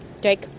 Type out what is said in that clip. Jake